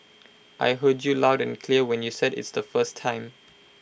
I heard you loud and clear when you said its the first time